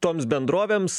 toms bendrovėms